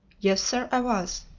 yes, sir, i was.